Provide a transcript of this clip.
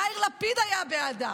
יאיר לפיד היה בעדה,